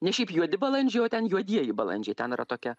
ne šiaip juodi balandžio o ten juodieji balandžiai ten yra tokia